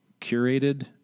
curated